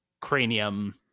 cranium